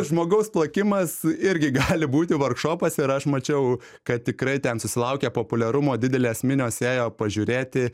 žmogaus plakimas irgi gali būti vargšopas ir aš mačiau kad tikrai ten susilaukė populiarumo didelės minios ėjo pažiūrėti